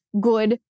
good